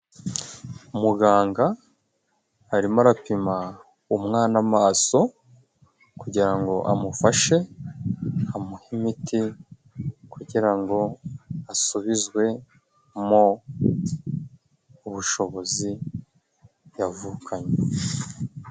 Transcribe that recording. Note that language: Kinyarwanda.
Muganga arimo arapima umwana amaso, kugira ngo amufashe amuhe imiti kugira ngo asubizwemo ubushobozi yavukanye.